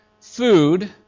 food